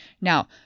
Now